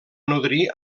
nodrir